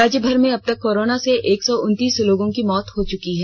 राज्यभर में अबतक कोरोना से एक सौ उनतीस लोगों की मौत हो चुकी है